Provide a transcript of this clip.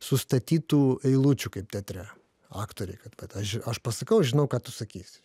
sustatytų eilučių kaip teatre aktoriai kad vat aš aš pasakau žinau ką tu sakysi